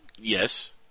Yes